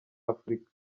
afurika